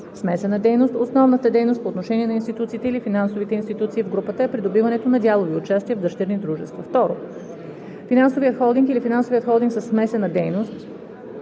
смесена дейност – основната дейност по отношение на институциите или финансовите институции в групата е придобиването на дялови участия в дъщерни дружества; 2. финансовият холдинг или финансовият холдинг със смесена дейност